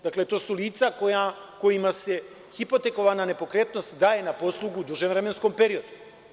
Dakle, to su lica kojima se hipotekovana nepokretnost daje na poslugu u dužem vremenskom periodu.